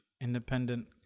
independent